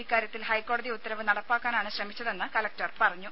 ഇക്കാര്യത്തിൽ ഹൈക്കോടതി ഉത്തരവ് നടപ്പാക്കാനാണ് ശ്രമിച്ചതെന്ന് കലക്ടർ പറഞ്ഞു